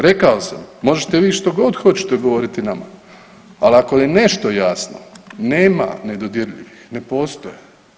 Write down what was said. Rekao sam, možete vi što god hoćete govoriti nama, ali ako je nešto jasno nema nedodirljivih, ne postoje.